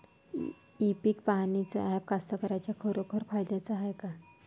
इ पीक पहानीचं ॲप कास्तकाराइच्या खरोखर फायद्याचं हाये का?